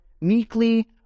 meekly